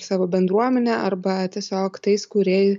savo bendruomene arba tiesiog tais kurie